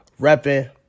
repping